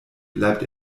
bleibt